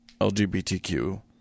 LGBTQ